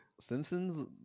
Simpsons